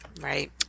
right